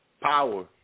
power